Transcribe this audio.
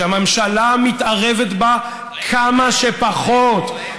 שהממשלה מתערבת בה כמה שפחות,